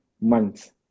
months